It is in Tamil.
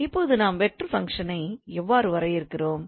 இப்போது நாம் வெக்டார் ஃபங்க்ஷனை எவ்வாறு வரையறுக்கிறோம்